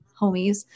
homies